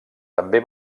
també